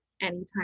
anytime